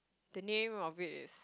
the name of it is